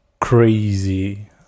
crazy